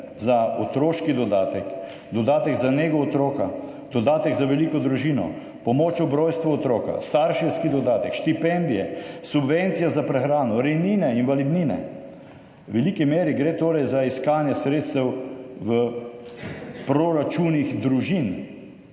za otroški dodatek, dodatek za nego otroka, dodatek za veliko družino, pomoč ob rojstvu otroka, starševski dodatek, štipendije, subvencijo za prehrano, rejnine, invalidnine. V veliki meri gre torej za iskanje sredstev v proračunih družin.